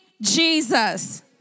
Jesus